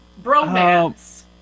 Bromance